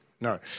No